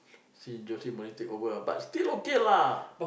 see Jose Morinho take over ah but still okay lah